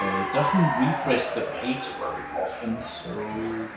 ah it doesn't refresh the page very often, so.